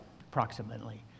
approximately